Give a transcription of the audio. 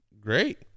Great